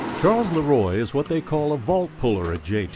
charles leroy is what they call a vault puller at jta.